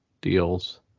deals